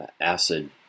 acid